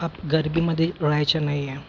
up गर्दीमध्ये राहायचं नाही आहे